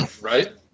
right